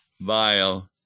vile